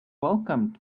welcomed